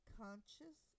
conscious